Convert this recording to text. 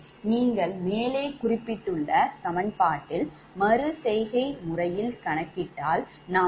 நீங்கள் மேலே குறிப்பிட்டுள்ள சமன்பாட்டில் மறு செய்கை முறையில் கணக்கிட்டால் நாம் பெறுவது𝛿2311